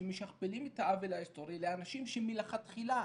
שמשכפלים את העוול ההיסטורי לאנשים שמלכתחילה,